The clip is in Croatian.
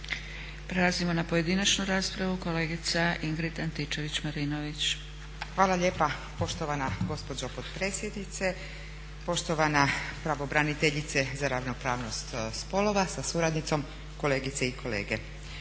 Prelazimo na pojedinačnu raspravu. Kolegica Ingrid Antičević-Marinović. **Antičević Marinović, Ingrid (SDP)** Hvala lijepa poštovana gospođo potpredsjednice, poštovana pravobraniteljice za ravnopravnost spolova sa suradnicom, kolegice i kolege.